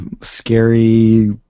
scary